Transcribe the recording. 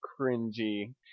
cringy